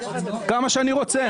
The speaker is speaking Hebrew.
כמה שאני רוצה.